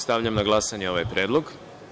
Stavljam na glasanje ovaj predlog.